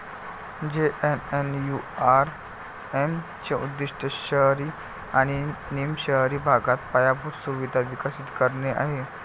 JNNURM चे उद्दीष्ट शहरी आणि निम शहरी भागात पायाभूत सुविधा विकसित करणे आहे